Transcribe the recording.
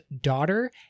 daughter